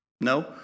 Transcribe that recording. No